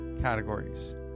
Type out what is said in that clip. Categories